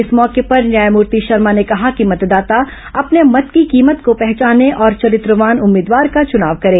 इस मौके पर न्यायमूर्ति शर्मा ने कहा कि मतदाता अपने मत की कीमत को पहचार्ने और चरित्रवान उम्मीदवार का चुनाव करें